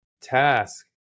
task